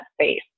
space